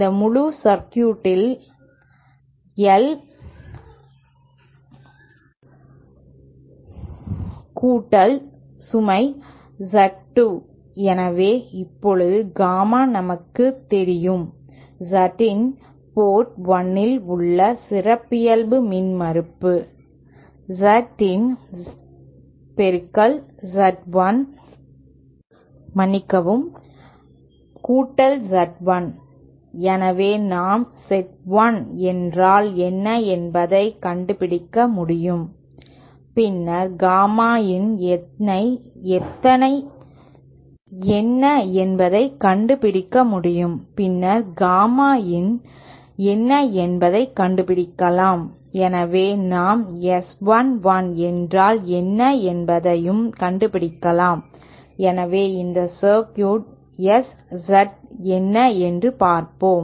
இந்த முழு சர்க்யூட்இல் I சுமை Z 2 எனவே இப்போது காமா நமக்குத் தெரியும் Z in போர்ட் 1 ல் உள்ள சிறப்பியல்பு மின்மறுப்பு Z in Z 1 எனவே நாம் இசட் 1 என்றால் என்ன என்பதைக் கண்டுபிடிக்க முடியும் பின்னர் காமா இன் என்ன என்பதைக் கண்டுபிடிக்கலாம் எனவே நாம் S 1 1 என்றால் என்ன என்பதையும் கண்டுபிடிக்கலாம் எனவே இந்த சர்க்யூட் S Z என்ன என்று பார்ப்போம்